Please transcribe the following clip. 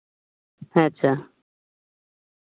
ᱦᱮᱸ ᱟᱪᱪᱷᱟ